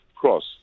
Cross